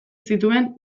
zituen